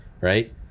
right